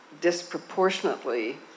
disproportionately